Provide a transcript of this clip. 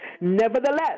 nevertheless